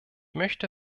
möchte